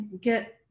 get